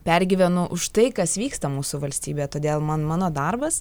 pergyvenu už tai kas vyksta mūsų valstybėje todėl man mano darbas